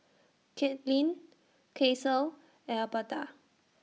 Katlynn Caesar Elberta